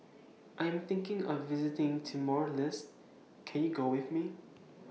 I'm thinking of visiting Timor Leste Can YOU Go with Me